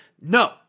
No